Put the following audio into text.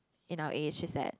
in our age just that